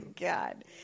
God